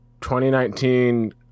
2019